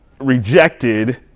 rejected